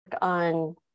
on